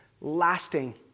lasting